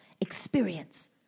experience